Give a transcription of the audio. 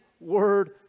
word